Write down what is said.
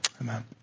Amen